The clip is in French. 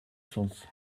sens